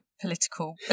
political